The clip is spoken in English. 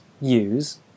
use